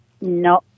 No